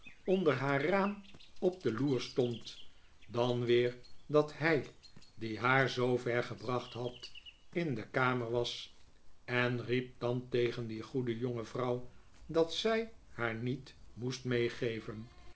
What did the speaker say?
onder haar raam op de loer stoiid dan weer dat hij die haar zoover gebracht had in de kamer was en riep dan tegen die goede jonge vrouw dat zij haar niet moest meegeven